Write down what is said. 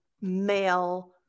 male